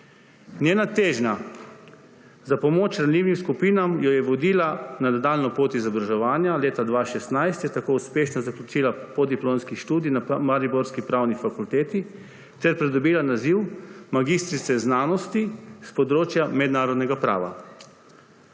Njena težnja k pomoči ranljivim skupinam jo je vodila na nadaljnjo pot izobraževanja. Leta 2016 je tako uspešno zaključila podiplomski študij na mariborski pravni fakulteti ter pridobila naziv magistrica znanosti s področja mednarodnega prava.